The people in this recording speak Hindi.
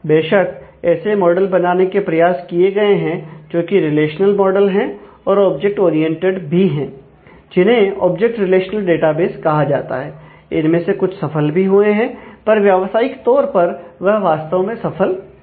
बेशक ऐसे मॉडल बनाने के प्रयास किए गए हैं जो कि रिलेशनल मॉडल हैं और ऑब्जेक्ट ओरिएंटेड भी हैं जिन्हें ऑब्जेक्ट रिलेशनल डेटाबेस कहां जाता है इनमें से कुछ सफल भी हुए हैं पर व्यवसायिक तौर पर वह वास्तव में सफल नहीं हुए